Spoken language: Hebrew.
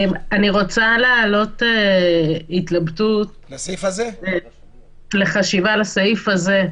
אני רוצה להעלות התלבטות לחשיבה על הסעיף הזה.